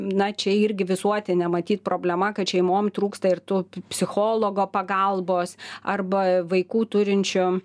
na čia irgi visuotinė matyt problema kad šeimom trūksta ir tų psichologo pagalbos arba vaikų turinčių